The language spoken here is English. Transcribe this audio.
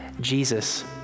Jesus